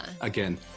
again